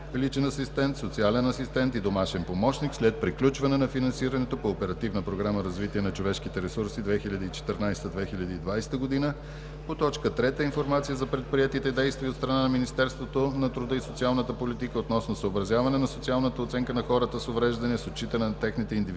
личен асистент, социален асистент и домашен помощник, след приключване на финансирането по Оперативна програма „Развитие на човешките ресурси 2014 – 2020 г.“ По точка трета – информация за предприетите действия от страна на Министерството на труда и социалната политика относно съобразяване на социалната оценка на хората с увреждания с отчитане на техните индивидуални